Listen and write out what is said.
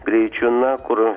greičiu na kur